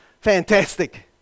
Fantastic